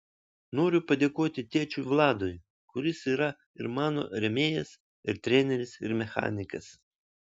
noriu padėkoti tėčiui vladui kuris yra ir mano rėmėjas ir treneris ir mechanikas